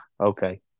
okay